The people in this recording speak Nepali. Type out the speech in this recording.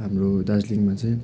हाम्रो दार्जिलिङमा चाहिँ